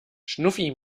schnuffi